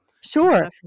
sure